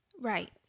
Right